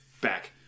back